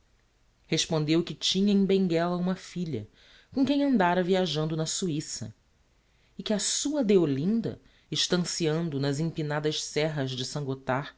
respondeu que tinha em benguela uma filha com quem andára viajando na suissa e que a sua deolinda estanciando nas empinadas serras de